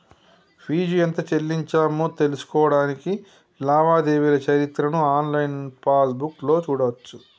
fee ఎంత చెల్లించామో తెలుసుకోడానికి లావాదేవీల చరిత్రను ఆన్లైన్ పాస్బుక్లో చూడచ్చు